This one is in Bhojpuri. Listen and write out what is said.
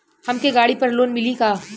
हमके गाड़ी पर लोन मिली का?